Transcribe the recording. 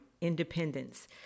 Independence